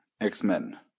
X-Men